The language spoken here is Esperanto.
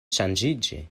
ŝanĝiĝi